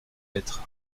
lettres